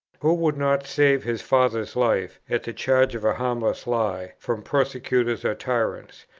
who would not save his father's life, at the charge of a harmless lie, from persecutors or tyrants?